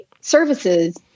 services